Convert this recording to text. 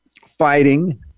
fighting